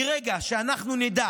מרגע שאנחנו נדע